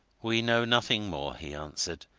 we know nothing more, he answered.